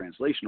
translational